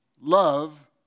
love